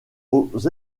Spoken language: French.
aux